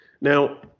Now